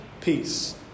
peace